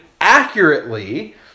accurately